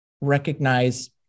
recognize